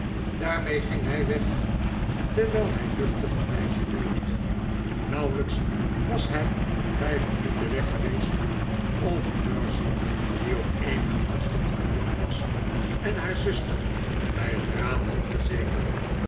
daarmee ging hij weg terwijl hij luchtig een wijsje neuriede nauwelijks was hij vijf minuten weg geweest of mercy die op eenigen afstahd van jonas en haar zuster bij het raam had gezeten